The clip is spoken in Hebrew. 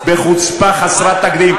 בחוצפה חסרת תקדים,